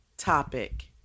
topic